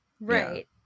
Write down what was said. Right